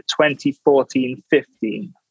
2014-15